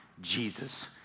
Jesus